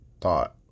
thought